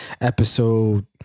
episode